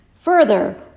Further